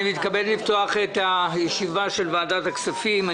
אני מתכבד לפתוח את הישיבה של ועדת הכספים.